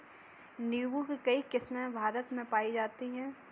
नीम्बू की कई किस्मे भारत में पाई जाती है